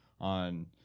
on